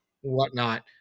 whatnot